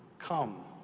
come.